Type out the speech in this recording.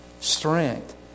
strength